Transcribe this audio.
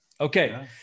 Okay